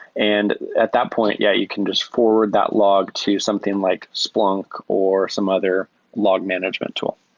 and at that point, yeah, you can just forward that log to something like splunk or some other log management tool